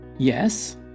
Yes